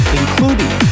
including